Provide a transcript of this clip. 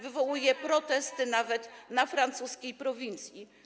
wywołuje protesty nawet na francuskiej prowincji.